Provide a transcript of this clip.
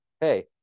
hey